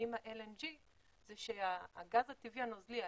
ההבדל המהותי עם ה-LNG זה שהגז הטבעי הנוזלי,